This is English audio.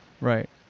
right